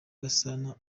gasana